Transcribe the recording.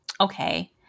okay